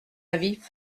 avis